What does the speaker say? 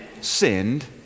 sinned